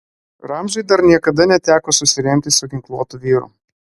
ramziui dar niekada neteko susiremti su ginkluotu vyru